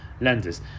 lenders